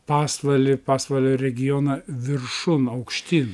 pasvalį pasvalio regioną viršun aukštyn